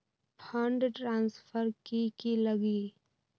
Fund transfer कि की लगी?